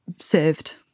served